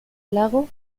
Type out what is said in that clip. lago